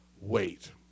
wait